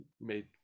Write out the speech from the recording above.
made